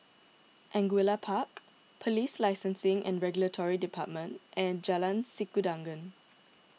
Angullia Park Police Licensing and Regulatory Department and Jalan Sikudangan